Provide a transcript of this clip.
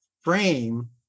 frame